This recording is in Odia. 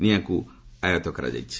ନିଆଁକୁ ଆୟତ୍ତ କରାଯାଇଛି